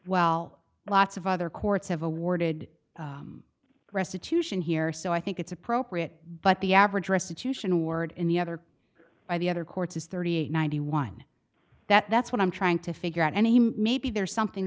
well lots of other courts have awarded restitution here so i think it's appropriate but the average restitution award in the other by the other courts is thirty eight ninety one that that's what i'm trying to figure out and he maybe there's something